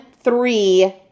three